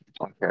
Okay